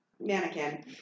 mannequin